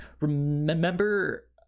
remember